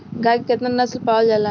गाय के केतना नस्ल पावल जाला?